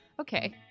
okay